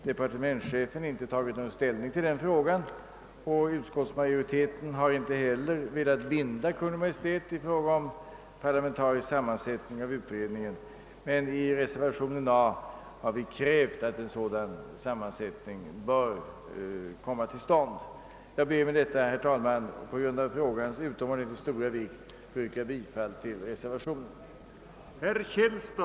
Departementschefen har inte tagit ställning till den frågan i propositionen. Utskottsmajoriteten har inte heller velat binda Kungl. Maj:t i fråga om parlamentarisk sammansättning av utredningen. I reservationen A har vi dock krävt att en sådan sammansättning skall komma till stånd. Herr talman! Jag ber att med detta